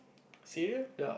cereal